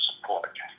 support